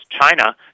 China